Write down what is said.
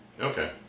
Okay